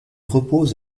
repose